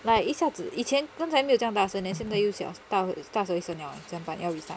like 一下子以前刚才没有这样大声 then 现在又小大大回声了怎样办要 restart ah